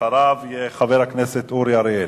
ואחריו יהיה חבר הכנסת אורי אריאל.